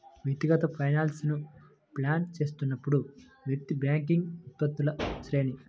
వ్యక్తిగత ఫైనాన్స్లను ప్లాన్ చేస్తున్నప్పుడు, వ్యక్తి బ్యాంకింగ్ ఉత్పత్తుల శ్రేణి